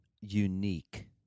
unique